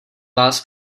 vás